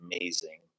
amazing